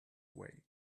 way